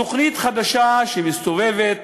תוכנית חדשה שמסתובבת,